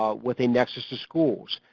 um with a nexus to schools,